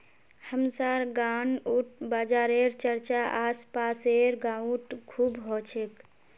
हमसार गांउत बाजारेर चर्चा आस पासेर गाउत खूब ह छेक